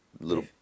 little